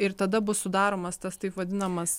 ir tada bus sudaromas tas taip vadinamas